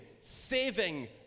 saving